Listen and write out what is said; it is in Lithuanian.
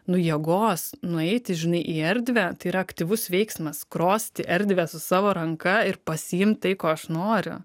nu jėgos nueiti žinai į erdvę tai yra aktyvus veiksmas skrosti erdvę su savo ranka ir pasiimt tai ko aš noriu